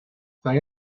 they